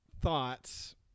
thoughts